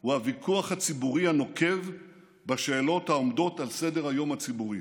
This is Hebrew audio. הוא הוויכוח הציבורי הנוקב בשאלות העומדות על סדר-היום הציבורי.